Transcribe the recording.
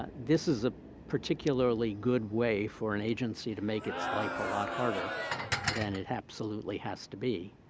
but this is a particularly good way for an agency to make its life a lot harder than it absolutely has to be.